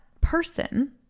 person